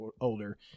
older